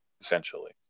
essentially